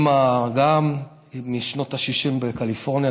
ואימא היא גם משנות ה-60 בקליפורניה,